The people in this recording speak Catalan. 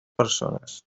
persones